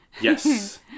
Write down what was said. Yes